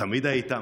תמיד היית ממלכתי,